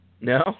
No